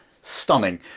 stunning